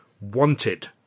Wanted